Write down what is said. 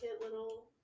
little